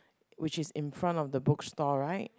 which is in front of the bookstore right